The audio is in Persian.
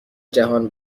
جهان